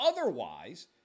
otherwise